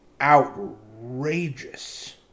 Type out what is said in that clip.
outrageous